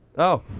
oh.